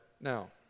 Now